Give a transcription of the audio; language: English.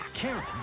Karen